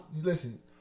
Listen